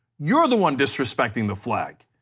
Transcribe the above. you are the one disrespecting the flag.